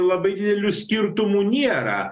labai didelių skirtumų nėra